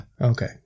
Okay